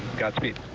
got beat.